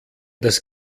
das